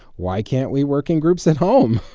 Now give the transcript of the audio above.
why can't we work in groups at home?